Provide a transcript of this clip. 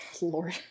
Lord